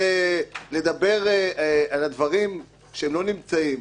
זה לדבר על הדברים שלא נמצאים.